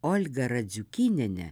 olgą radziukynienę